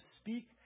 speak